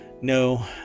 no